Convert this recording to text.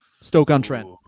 Stoke-on-Trent